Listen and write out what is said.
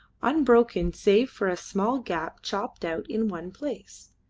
unbroken save for a small gap chopped out in one place.